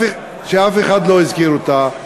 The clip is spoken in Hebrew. שאף אחד לא הזכיר אותה.